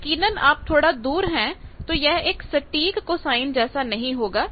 यकीनन अगर आप थोड़ा दूर है तो यह एक सटीक कोसाइन जैसा नहीं होगा